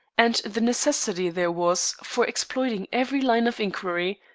and the necessity there was for exploiting every line of inquiry,